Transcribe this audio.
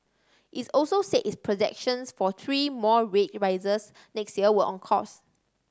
it also said its projections for three more rate rises next year were on course